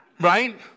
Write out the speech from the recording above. Right